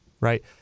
right